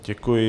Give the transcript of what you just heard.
Děkuji.